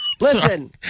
Listen